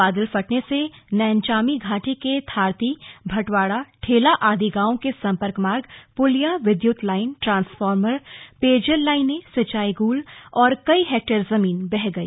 बादल फटने से नैनचामी घाटी के थारती भटवाड़ा ठेला आदि गांवों के संपर्क मार्ग पुलिया विद्युत लाइन ट्रांसफार्मर पेयजल लाइनें सिंचाई गूल और कई हेक्टर जमीन बह गई